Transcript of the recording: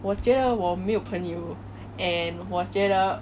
我觉得我没有朋友 and 我觉得